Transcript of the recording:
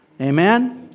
Amen